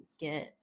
get